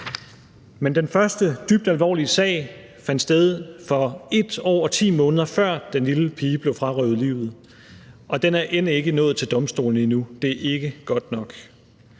Men den første dybt alvorlige sag fandt sted, 1 år og 10 måneder før den lille pige blev frarøvet livet, og den er end ikke nået til domstolene endnu. Det er ikke godt nok.